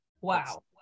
Wow